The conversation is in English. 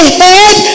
head